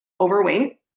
overweight